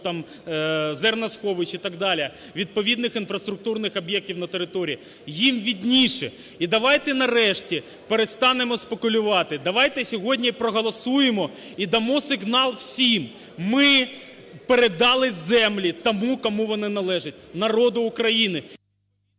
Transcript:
зерносховищ і так далі, відповідних інфраструктурних об'єктів на території, їм видніше. І давайте нарешті перестанемо спекулювати. Давайте сьогодні проголосуємо і дамо сигнал всім: ми передали землі тому, кому вони належать – народу України.